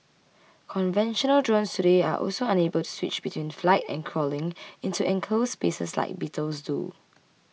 conventional drones today are also unable to switch between flight and crawling into enclosed spaces like beetles do